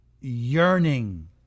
yearning